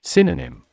Synonym